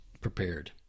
prepared